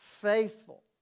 faithful